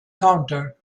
counter